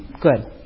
good